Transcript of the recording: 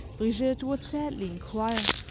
brigitte would sadly inquire,